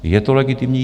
Je to legitimní?